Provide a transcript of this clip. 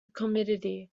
commodity